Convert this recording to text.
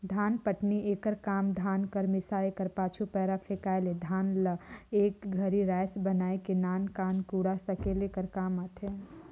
धानपटनी एकर काम धान कर मिसाए कर पाछू, पैरा फेकाए ले धान ल एक घरी राएस बनाए के नान नान कूढ़ा सकेले कर काम आथे